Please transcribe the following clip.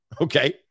Okay